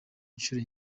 incuro